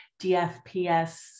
DFPS